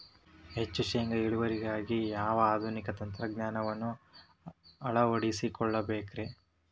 ಹೆಚ್ಚು ಶೇಂಗಾ ಇಳುವರಿಗಾಗಿ ಯಾವ ಆಧುನಿಕ ತಂತ್ರಜ್ಞಾನವನ್ನ ಅಳವಡಿಸಿಕೊಳ್ಳಬೇಕರೇ?